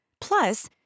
Plus